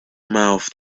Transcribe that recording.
mouths